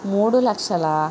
మూడు లక్షల